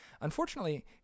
Unfortunately